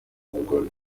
umugore